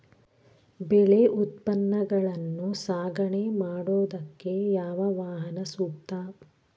ಬೆಳೆ ಉತ್ಪನ್ನಗಳನ್ನು ಸಾಗಣೆ ಮಾಡೋದಕ್ಕೆ ಯಾವ ವಾಹನ ಸೂಕ್ತ?